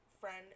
friend